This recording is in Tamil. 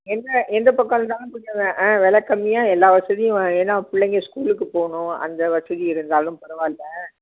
என்ன எந்தப் பக்கம் இருந்தாலும் கொஞ்சம் வில கம்மியாக எல்லா வசதியும் வே ஏன்னால் பிள்ளைங்க ஸ்கூலுக்கு போகணும் அந்த வசதி இருந்தாலும் பரவாயில்ல